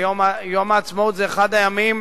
יום העצמאות זה אחד הימים